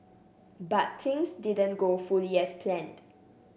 but things didn't go fully as planned